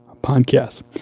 podcast